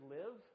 live